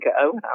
go